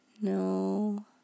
No